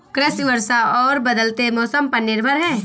कृषि वर्षा और बदलते मौसम पर निर्भर है